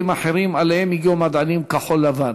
אחרים שאליהם הגיעו מדענים כחול-לבן.